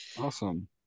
Awesome